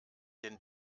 den